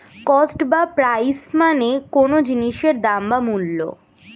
cost বা price মানে কোনো জিনিসের দাম বা মূল্য